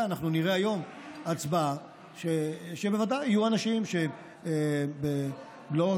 אנחנו נראה היום הצבעה שבוודאי יהיו אנשים שלא רק